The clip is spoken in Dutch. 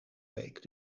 week